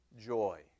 joy